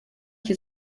que